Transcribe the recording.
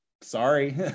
sorry